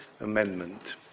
amendment